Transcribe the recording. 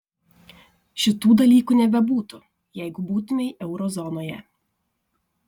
šitų dalykų nebebūtų jeigu būtumei euro zonoje